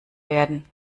werden